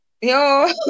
Yo